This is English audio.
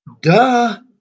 Duh